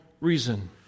reason